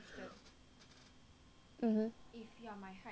mmhmm